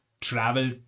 travel